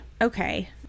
Okay